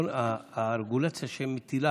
הרגולציה שמוטלת,